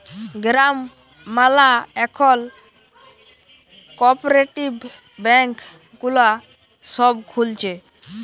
গ্রাম ম্যালা এখল cooperative bank গুলা সব খুলছে